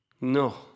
No